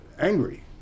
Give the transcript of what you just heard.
angry